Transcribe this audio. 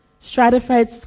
stratified